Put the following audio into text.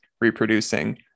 reproducing